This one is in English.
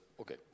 okay